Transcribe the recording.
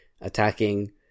attacking